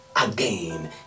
again